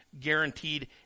guaranteed